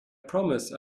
promise